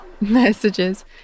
messages